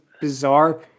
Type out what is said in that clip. bizarre